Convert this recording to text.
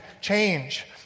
change